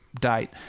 date